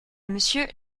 monsieur